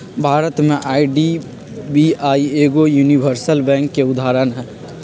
भारत में आई.डी.बी.आई एगो universal bank के उदाहरण हइ